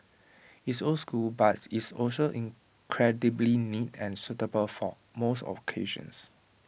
it's old school but it's also incredibly neat and suitable for most occasions